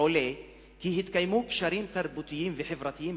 עולה כי התקיימו קשרים תרבותיים וחברתיים